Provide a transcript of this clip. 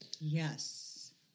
Yes